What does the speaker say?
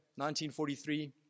1943